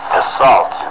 assault